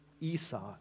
Esau